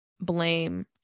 blame